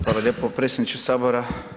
Hvala lijepo predsjedniče sabora.